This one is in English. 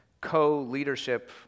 co-leadership